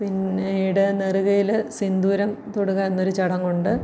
പിന്നീട് നെറുകയിൽ സിന്ദൂരം തൊടുക എന്നൊരു ചടങ്ങുണ്ട്